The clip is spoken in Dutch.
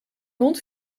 rond